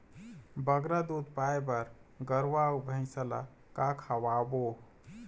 बगरा दूध पाए बर गरवा अऊ भैंसा ला का खवाबो?